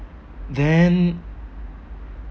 then